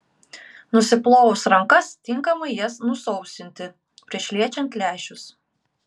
nusiplovus rankas tinkamai jas nusausinti prieš liečiant lęšius